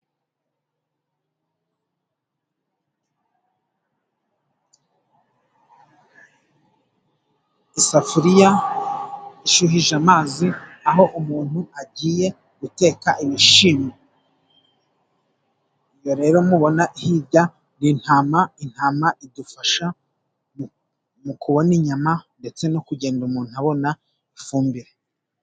Isafuriya ishyuhije amazi, aho umuntu agiye guteka ibishyimbo. Iyo rero mubona hirya ni intama. Intama idufasha mu kubona inyama, ndetse no kugenda umuntu abona ifumbire.